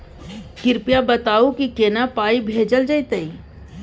कृपया बताऊ की केना पाई भेजल जेतै?